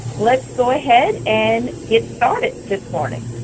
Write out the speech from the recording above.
let's go ahead and get started this morning.